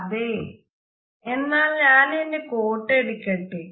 അതെ ഞാൻ എന്റെ കോട്ട് എടുക്കട്ടേ